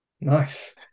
Nice